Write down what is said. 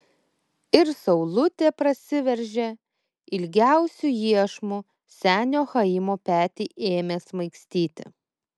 ir saulutė prasiveržė ilgiausiu iešmu senio chaimo petį ėmė smaigstyti